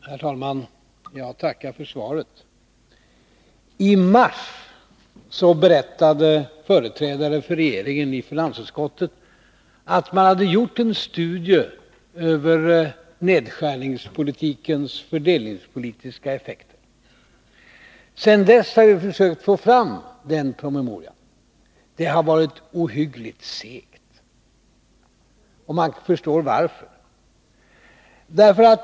Herr talman! Jag tackar för svaret. I mars berättade företrädare för regeringen i finansutskottet att man hade gjort en studie över nedskärningspolitikens fördelningspolitiska effekter. Sedan dess har vi försökt få fram den promemorian. Det har varit ohyggligt segt. Man förstår varför.